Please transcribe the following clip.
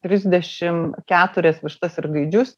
trisdešim keturias vištas ir gaidžius